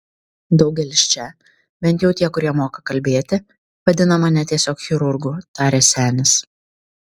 daugelis čia bent jau tie kurie moka kalbėti vadina mane tiesiog chirurgu tarė senis